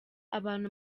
abantu